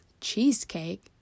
cheesecake